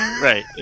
Right